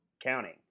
counting